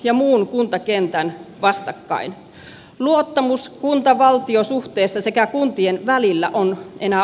ja muun kuntakentän vastakkain luottamus kunta valtiosuhteessa sekä kuntien välillä on enää